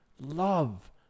Love